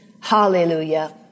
hallelujah